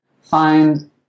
find